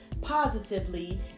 positively